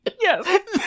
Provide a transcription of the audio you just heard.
Yes